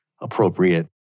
appropriate